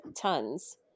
tons